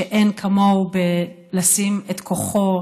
שאין כמוהו בלשים אם כוחו,